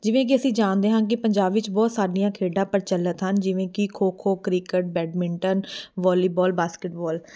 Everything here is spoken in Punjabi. ਜਿਵੇਂ ਕਿ ਅਸੀਂ ਜਾਣਦੇ ਹਾਂ ਕਿ ਪੰਜਾਬ ਵਿੱਚ ਬਹੁਤ ਸਾਡੀਆਂ ਖੇਡਾਂ ਪ੍ਰਚਲਤ ਹਨ ਜਿਵੇਂ ਕਿ kho kho cricket badminton volleyball basketball